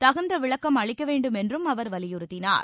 தகுந்த விளக்கம் அளிக்க வேண்டும் என்றும் அவர் வலியுறுத்தினார்